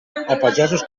pagesos